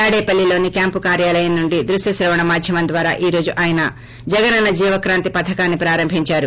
తాడేపల్లిలోని క్యాంపు కార్సాలయం నుండి దృశ్యశ్రవణ మాధ్యమం ద్వారా ఈ రొజు ఆయన జగనన్న జీవక్రాంతి పథకాన్ని ప్రారంభించారు